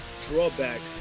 drawback